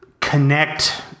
connect